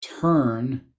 turn